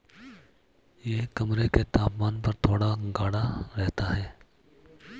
यह कमरे के तापमान पर थोड़ा गाढ़ा रहता है